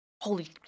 holy